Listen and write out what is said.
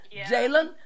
Jalen